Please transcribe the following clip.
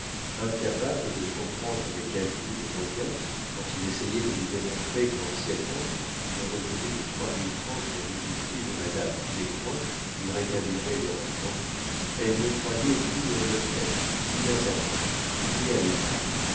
incapable de comprendre les calculs de roguin quand il essayait de lui démontrer qu'en sept ans une retenue de trois mille francs sur l'usufruit de madame descoings lui rétablirait les rentes vendues elle ne croyait ni au notaire ni à sa tante ni à l'état